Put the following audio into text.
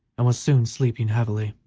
and was soon sleeping heavily.